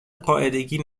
قاعدگی